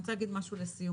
אני רוצה להגיד משהו לסיום.